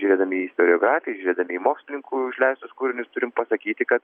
žiūrėdami į istoriografiją žiūrėdami į mokslininkų išleistus kūrinius turim pasakyti kad